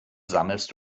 sammelst